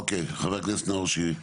אוקיי, חבר הכנסת נאור שירי.